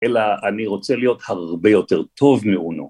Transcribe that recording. אלא אני רוצה להיות הרבה יותר טוב מאונו.